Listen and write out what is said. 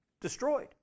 destroyed